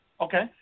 Okay